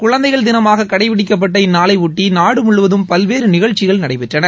குழந்தைகள் தினமாக கடைபிடிக்கப்பட்ட இந்நாளையொட்டி நாடு முழுவதும் பல்வேறு நிகழ்ச்சிகள் நடைபெற்றன